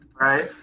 right